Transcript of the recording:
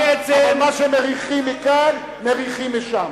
אבל מה שמריחים מכאן, מריחים משם.